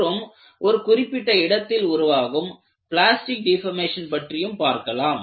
மற்றும் ஒரு குறிப்பிட்ட இடத்தில் உருவாகும் பிளாஸ்டிக் டிபர்மேசன் பற்றியும் பார்க்கலாம்